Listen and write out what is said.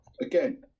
again